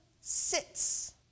sits